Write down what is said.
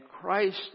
Christ